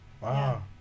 Wow